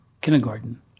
kindergarten